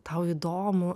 tau įdomu